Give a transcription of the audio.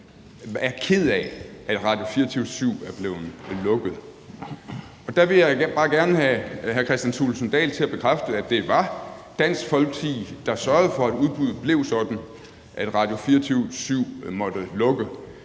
er kede af, at Radio24syv er blevet lukket. Der vil jeg i den grad gerne have hr. Kristian Thulesen Dahl til at bekræfte, at det var Dansk Folkeparti, der sørgede for, at udbuddet blev sådan, at Radio24syv måtte lukke,